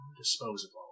disposable